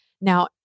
Now